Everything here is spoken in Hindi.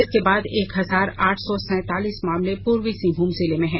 इसके बाद एक हजार आठ सौ सैतालीस मामले पूर्वी सिंहभूम जिले में हैं